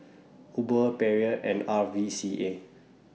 Uber Perrier and R V C A